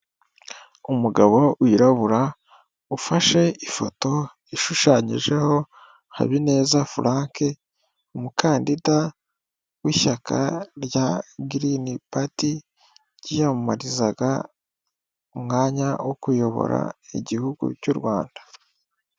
Umugabo wirabura ufashe ifoto ishushanyijeho Habineza Frank umukandida w'ishyaka rya girini pati ryiyamamarizaga umwanya wo kuyobora igihugu cy'u Rwanda.